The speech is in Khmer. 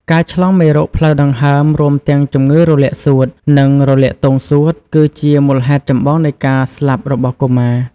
ការឆ្លងមេរោគផ្លូវដង្ហើម រួមទាំងជំងឺរលាកសួត និងរលាកទងសួត គឺជាមូលហេតុចម្បងនៃការស្លាប់របស់កុមារ។